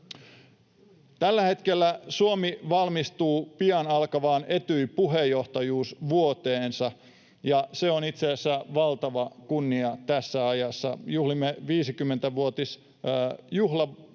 Tällä hetkellä Suomi valmistautuu pian alkavaan Etyjin puheenjohtajuusvuoteensa, ja se on itse asiassa valtava kunnia tässä ajassa. Juhlimme 50-vuotisjuhlavuotta,